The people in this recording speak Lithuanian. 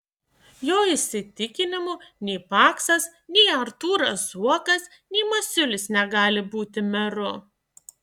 jo įsitikinimu nei paksas nei artūras zuokas nei masiulis negali būti meru